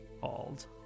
called